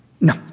No